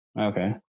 Okay